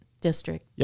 district